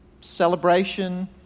Celebration